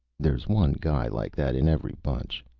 there's one guy like that in every bunch.